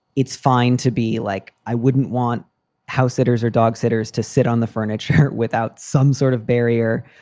it's fine to be like i wouldn't want house sitters or dog sitters to sit on the furniture without some sort of barrier.